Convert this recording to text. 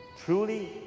truly